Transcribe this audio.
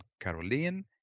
Caroline